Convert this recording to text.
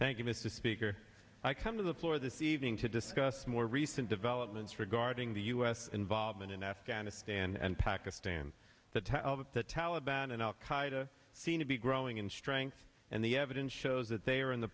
thank you mr speaker i come to the floor this evening to discuss more recent developments regarding the u s involvement in afghanistan and pakistan the talbot the taliban and al qaida seem to be growing in strength and the evidence shows that they are in the